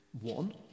One